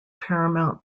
paramount